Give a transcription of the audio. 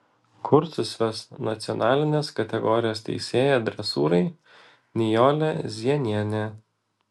kursus ves nacionalinės kategorijos teisėja dresūrai nijolė zienienė